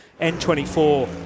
N24